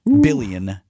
billion